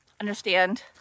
understand